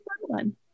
one